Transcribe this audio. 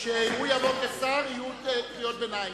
בין השאר היו אילוצים פוליטיים,